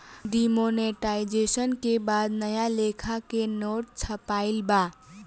demonetisation के बाद नया लेखा के नोट छपाईल बा